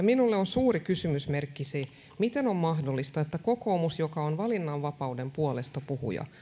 minulle on suuri kysymysmerkki se miten on mahdollista että kokoomus joka on valinnanvapauden puolestapuhuja